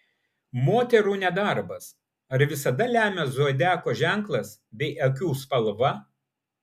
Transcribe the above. moterų nedarbas ar visada lemia zodiako ženklas bei akių spalva